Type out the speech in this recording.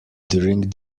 during